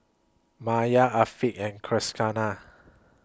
Maya Afiqah and Qaisara